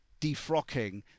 defrocking